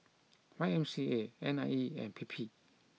Y M C A N I E and P P